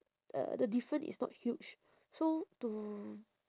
uh the different is not huge so to